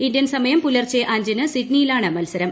Indian സമയം പുലർച്ചെ അഞ്ചിന് സിഡ്നിയിലാണ് മത്സരം